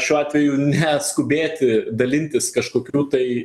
šiuo atveju neskubėti dalintis kažkokių tai